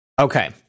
Okay